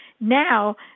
now